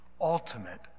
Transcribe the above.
ultimate